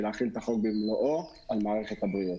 להחיל את חוק במלואו על מערכת הבריאות.